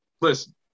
listen